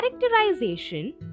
Characterization